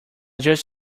just